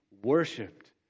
worshipped